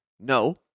no